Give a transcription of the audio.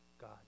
God